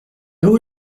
haut